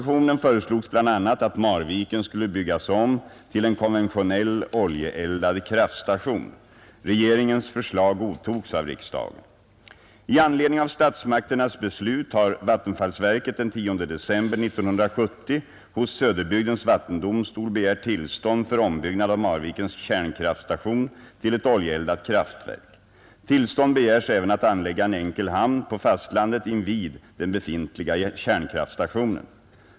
I anledning av statsmakternas beslut har vattenfallsverket den 10 december 1970 hos Söderbygdens vattendomstol begärt tillstånd för ombyggnad av Marvikens kärnkraftstation till ett oljeeldat kraftverk. Tillstånd begärs även att anlägga en enkel hamn på fastlandet invid den befintliga kärnkraftstationen.